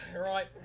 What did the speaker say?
Right